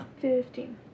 Fifteen